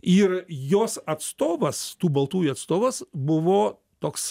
ir jos atstovas tų baltųjų atstovas buvo toks